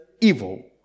evil